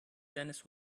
dennis